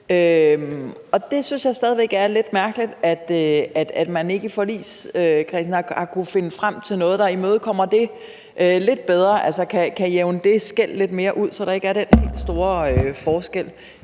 jeg synes stadig væk, at det er lidt mærkeligt, at man i forligskredsen ikke har kunnet finde frem til noget, der imødekommer det på en lidt bedre måde, hvor det skel jævnes lidt mere ud, så der ikke er den helt store forskel.